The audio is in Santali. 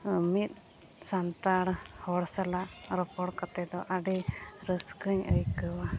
ᱢᱤᱫ ᱥᱟᱱᱛᱟᱲ ᱦᱚᱲ ᱥᱟᱞᱟᱜ ᱨᱚᱯᱚᱲ ᱠᱟᱛᱮᱫ ᱫᱚ ᱟᱹᱰᱤ ᱨᱟᱹᱥᱠᱟᱹᱧ ᱟᱹᱭᱠᱟᱹᱣᱟ